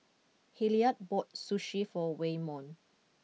Hilliard bought Sushi for Waymon